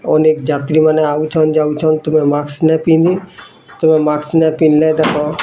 ଅନେକ ଯାତ୍ରୀମାନେ ଆଉଛନ୍ ଯାଉଛନ୍ ତୁମର ମାସ୍କ୍ ନାଇଁ ପିନ୍ଧି ତ ମାସ୍କ୍ ନାଇଁ ପିନ୍ଧିଲେ ଦେଖ